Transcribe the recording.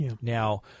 Now